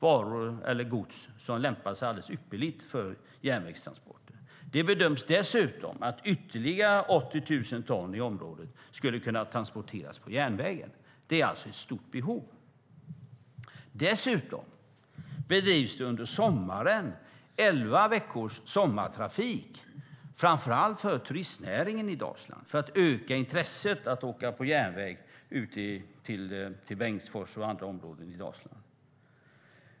Det är gods som lämpar sig alldeles ypperligt för järnvägstransporter. Det bedöms dessutom att ytterligare 80 000 ton i området skulle kunna transporteras på järnväg. Det finns alltså ett stort behov. Under sommaren bedrivs också elva veckors sommartrafik, framför allt för turistnäringen i Dalsland, för att öka intressen att åka på järnväg till Bengtsfors och andra områden i Dalsland.